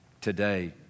today